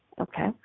okay